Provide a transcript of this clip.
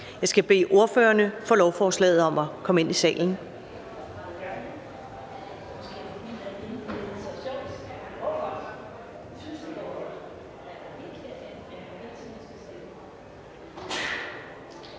Jeg skal bede ordførerne for lovforslaget om at komme ind i salen.